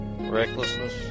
Recklessness